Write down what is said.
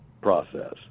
process